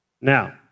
Now